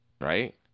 right